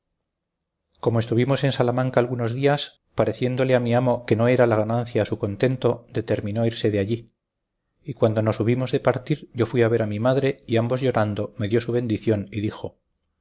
como estuvimos en salamanca algunos días pareciéndole a mi amo que no era la ganancia a su contento determinó irse de allí y cuando nos hubimos de partir yo fui a ver a mi madre y ambos llorando me dio su bendición y dijo